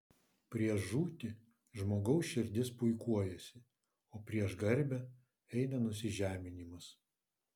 prieš žūtį žmogaus širdis puikuojasi o prieš garbę eina nusižeminimas